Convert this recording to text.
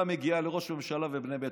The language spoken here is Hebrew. שהגיעה לו ולבני ביתו.